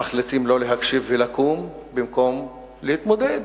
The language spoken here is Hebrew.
מחליטים לא להקשיב ולקום, במקום להתמודד.